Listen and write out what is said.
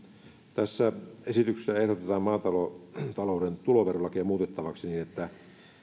tässä esityksessä ehdotetaan maatalouden tuloverolakia muutettavaksi niin että